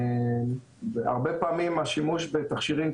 הרבה פעמים השימוש בתכשירים,